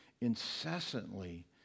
incessantly